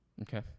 Okay